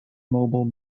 mobile